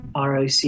ROC